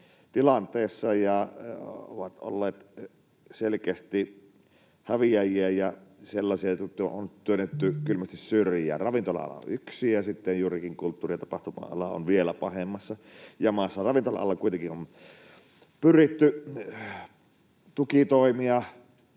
tilanteessa ja ovat olleet selkeästi häviäjiä ja sellaisia, jotka on työnnetty kylmästi syrjään. Ravintola-ala on yksi, ja sitten juurikin kulttuuri- ja tapahtuma-ala on vielä pahemmassa jamassa. Ravintola-alalla kuitenkin on pyritty tukitoimia